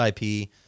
IP